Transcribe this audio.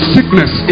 Sickness